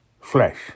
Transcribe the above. flesh